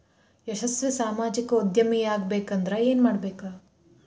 ಯಶಸ್ವಿ ಸಾಮಾಜಿಕ ಉದ್ಯಮಿಯಾಗಬೇಕಂದ್ರ ಏನ್ ಮಾಡ್ಬೇಕ